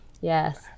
yes